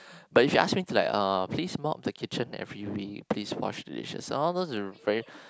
but if you ask me to like uh please mop the kitchen every week please wash the dishes all those are very